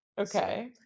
Okay